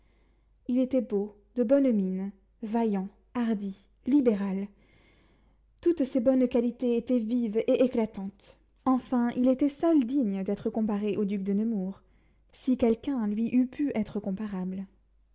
il était beau de bonne mine vaillant hardi libéral toutes ces bonnes qualités étaient vives et éclatantes enfin il était seul digne d'être comparé au duc de nemours si quelqu'un lui eût pu être comparable